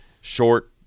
short